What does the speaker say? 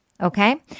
Okay